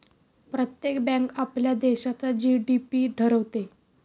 प्रत्येक बँक आपल्या देशाचा जी.डी.पी ठरवते